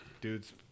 dudes